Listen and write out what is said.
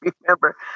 remember